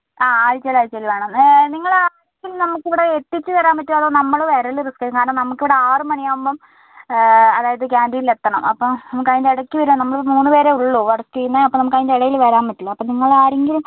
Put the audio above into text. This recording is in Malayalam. ആ ആഴ്ചേലാഴ്ചേൽ വേണം നിങ്ങൾ ആഴ്ചേൽ നമുക്കിവിടെ എത്തിച്ച് തരാൻ പറ്റുമോ അതോ നമ്മൾ വരൽ റിസ്ക്കായിരിക്കും കാരണം നമുക്കിവിടെ ആറ് മണിയാവുമ്പം അതായത് ക്യാൻറ്റീനിൽ എത്തണം അപ്പം നമുക്കതിൻറ്റെ ഇടക്ക് വരാൻ നമ്മൾ മൂന്ന് പേരേയുള്ളൂ വർക്ക് ചെയ്യുന്നത് അപ്പോൾ നമുക്കതിൻ്റെ ഇടയിൽ വരാൻ പറ്റില്ല അപ്പം നിങ്ങളാരെങ്കിലും